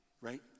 right